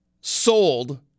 sold